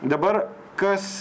dabar kas